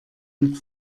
mit